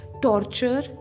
torture